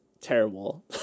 terrible